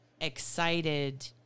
excited